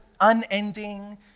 unending